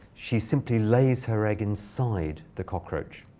she simply lays her egg inside the cockroach.